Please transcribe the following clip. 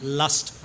lust